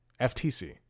FTC